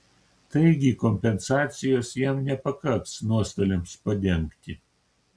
taigi kompensacijos jam nepakaks nuostoliams padengti